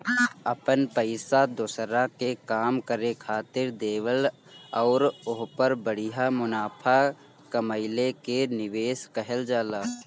अपन पइसा दोसरा के काम करे खातिर देवल अउर ओहपर बढ़िया मुनाफा कमएला के निवेस कहल जाला